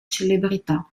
celebrità